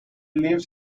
lives